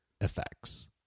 effects